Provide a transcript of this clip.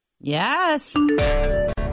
Yes